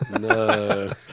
No